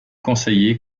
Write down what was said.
conseiller